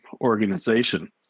organization